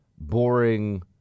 boring